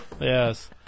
Yes